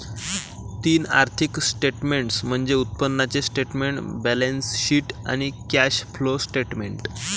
तीन आर्थिक स्टेटमेंट्स म्हणजे उत्पन्नाचे स्टेटमेंट, बॅलन्सशीट आणि कॅश फ्लो स्टेटमेंट